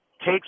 takes